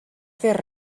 fer